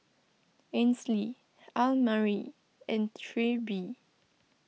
Ainsley Elmire and Trilby